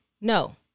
no